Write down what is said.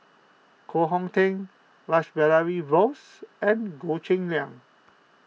Koh Hong Teng Rash Behari Bose and Goh Cheng Liang